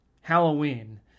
Halloween